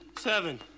Seven